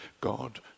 God